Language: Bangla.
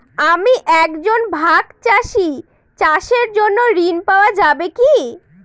আমি একজন ভাগ চাষি চাষের জন্য ঋণ পাওয়া যাবে কি?